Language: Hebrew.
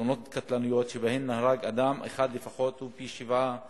בתאונות קטלניות שבהן נהרג אדם אחד לפחות הוא פי-שבעה